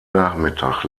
nachmittag